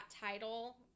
title